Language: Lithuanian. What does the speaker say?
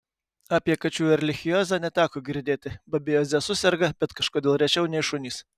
apie kačių erlichiozę neteko girdėti babezioze suserga bet kažkodėl rečiau nei šunys